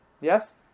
Yes